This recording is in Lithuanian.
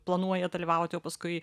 planuoja dalyvauti o paskui